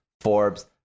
Forbes